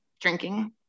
drinking